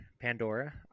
Pandora